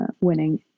winning